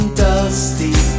dusty